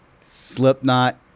Slipknot